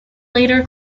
later